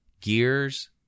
Gears